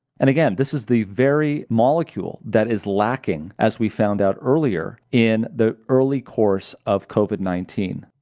and again this is the very molecule that is lacking as we found out earlier in the early course of covid nineteen,